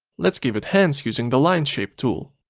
let's give it hands using the line shape tool